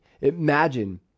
Imagine